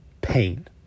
pain